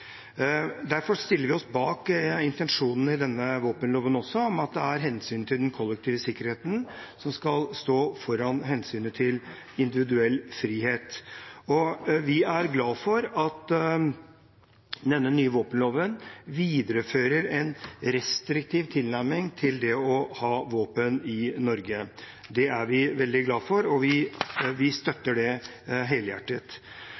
Derfor stiller vi oss bak intensjonene i denne våpenloven også, at hensynet til den kollektive sikkerheten skal gå foran hensynet til individuell frihet. Vi er glad for at denne nye våpenloven viderefører en restriktiv tilnærming til det å ha våpen i Norge. Det er vi veldig glad for, og vi støtter det helhjertet.